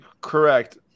correct